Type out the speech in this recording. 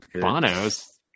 Bonos